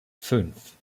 fünf